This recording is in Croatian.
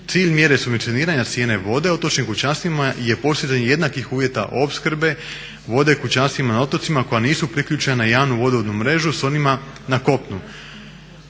Cilj mjere subvencioniranja cijene vode u otočnim kućanstvima je postizanje jednakih uvjeta opskrbe vode kućanstvima na otocima koja nisu priključena na javnu odvodnu mrežu sa onima na kopnu